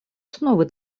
основой